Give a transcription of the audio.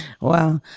Wow